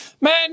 Man